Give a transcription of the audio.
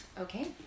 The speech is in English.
Okay